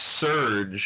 surge